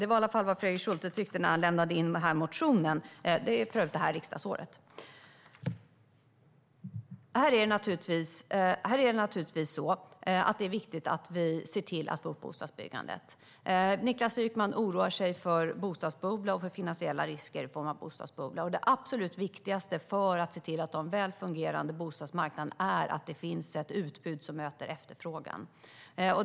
Det var i alla fall vad han tyckte när han lämnade in motionen, vilket för övrigt var under detta riksdagsår. Det är viktigt att vi ser till att få upp bostadsbyggandet. Niklas Wykman oroar sig för en bostadsbubbla och finansiella risker i form av en sådan bubbla. Det absolut viktigaste för att se till att man har en väl fungerande bostadsmarknad är att det finns ett utbud som möter efterfrågan.